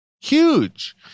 Huge